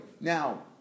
Now